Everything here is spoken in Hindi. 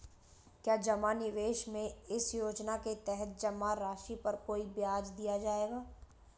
क्या जमा निवेश में इस योजना के तहत जमा राशि पर कोई ब्याज दिया जाएगा?